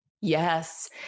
Yes